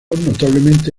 notablemente